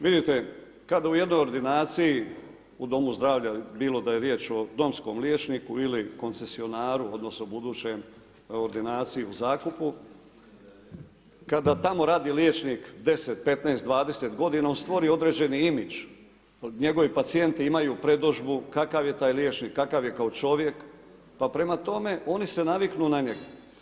Vidite kada u jednoj ordinaciji u domu zdravlja ili bilo da je riječ o domskom liječniku ili koncesionaru, odnosno, budućem ordinaciji u zakupu, kada tamo radi liječnik 10, 15, 20 g. on stvori određeni imidž, njegovi pacijenti imaju predodžbu kakav je taj liječnik kakav je kao čovjek, pa prema tome oni se naviknu na njega.